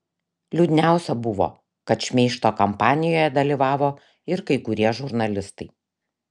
liūdniausia buvo kad šmeižto kampanijoje dalyvavo ir kai kurie žurnalistai